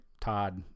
Todd